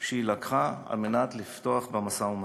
שהיא לקחה על מנת לפתוח במשא-ומתן.